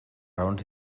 raons